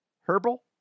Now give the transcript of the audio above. herbal